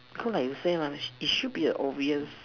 cause like you say it should be obvious